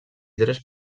tres